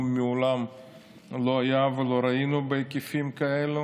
מעולם לא היה ולא ראינו בהיקפים כאלה,